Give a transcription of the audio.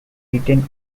retained